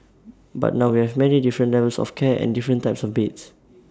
but now we have many different levels of care and different types of beds